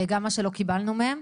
גם מה שלא קיבלנו מהם.